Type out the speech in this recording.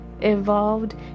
evolved